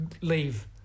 Leave